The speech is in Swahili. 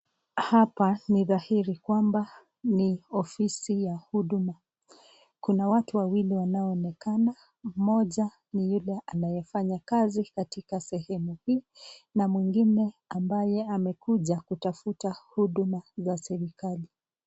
Hapa ni dhairi kwamba ni ofisi ya huduma. Kuna watu wawili wanaonekana, mmoja ni yule anayefanya kazi katika sehemu hii na mwingine ambaye amekuja kutafuta huduma za serikali.